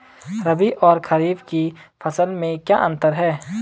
रबी और खरीफ की फसल में क्या अंतर है?